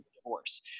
divorce